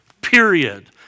period